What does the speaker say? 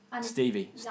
Stevie